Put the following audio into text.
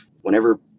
whenever